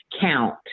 count